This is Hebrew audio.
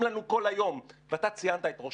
לנו כל היום -- -אתה ציינת את ראש